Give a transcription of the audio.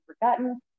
forgotten